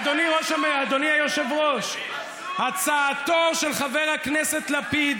אדוני היושב-ראש, הצעתו של חבר הכנסת לפיד